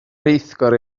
rheithgor